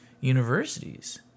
universities